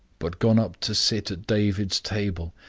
but gone up to sit at david's table,